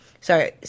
sorry